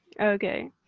Okay